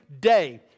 day